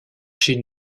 chez